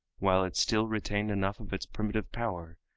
while it still retained enough of its primitive power,